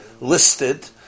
listed